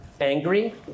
angry